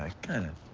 kind of.